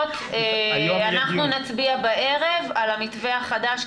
אנחנו נצביע בערב על המתווה החדש,